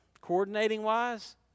coordinating-wise